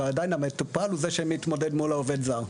אבל עדיין המטופל הוא זה שמתמודד מול העובד הזר.